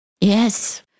Yes